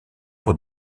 pour